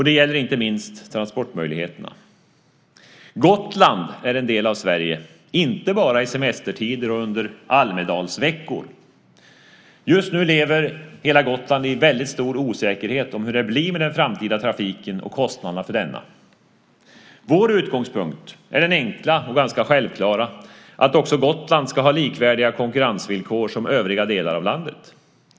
Det gäller inte minst transportmöjligheterna. Gotland är en del av Sverige, inte bara i semestertider och under Almedalsveckor. Just nu lever hela Gotland i en väldigt stor osäkerhet om hur det blir med den framtida trafiken och kostnaderna för denna. Vår utgångspunkt är det enkla och ganska självklara att också Gotland ska ha konkurrensvillkor som är likvärdiga med dem för övriga delar av landet.